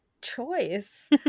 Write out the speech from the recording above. choice